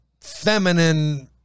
feminine